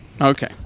Okay